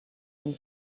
and